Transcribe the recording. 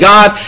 God